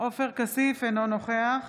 אינו נוכח